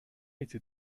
était